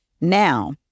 Now